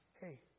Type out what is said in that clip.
hey